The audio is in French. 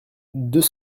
deux